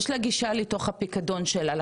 אם היא דוברת אנגלית,